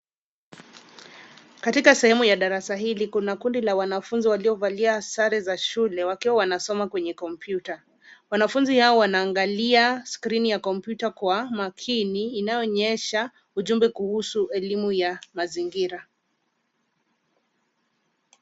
Katika sehemu ya darasa hili, kuna kundi la wanafunzi waliovalia sare za shule wakiwa wanasoma kwenye kompyuta. Wanafunzi hawa wanaangalia skrini ya kompyuta kwa makini inayoonyesha ujumbe kuhusu elimu ya mazingira.